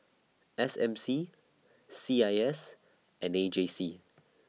S M C C I S and A J C